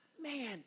man